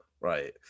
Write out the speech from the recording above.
right